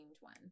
one